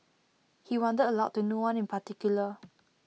he wondered aloud to no one in particular